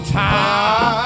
time